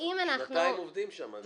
שנתיים עובדים שם.